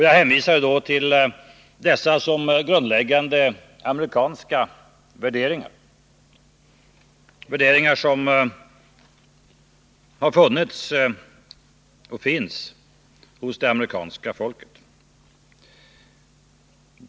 Jag hänvisade då till dessa som grundläggande amerikanska värderingar, värderingar som har funnits och finns hos det amerikanska folket.